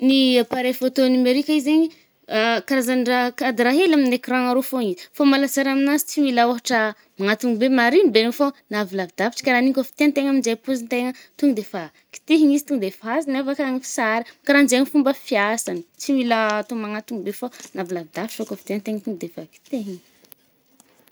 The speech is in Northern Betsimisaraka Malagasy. Ny appareil photo numérique ah zaigny, karazan-drahà cadre hely amin’ny écran arô fôgna izy. Fô malà-tsary aminazy tsy mila ôhatra manantogno be marîgny be fô na avy lavidavitry karaha nigny koà fa tiàntegna aminje pôzitegna, to de fà kitihigny izy to defà azony avakagny sary, karahanjegny fômba fiasagny, tsy mila atô manantogno be fô fa navy lavidavitra koà fa tiàntegna to defa kitehigny.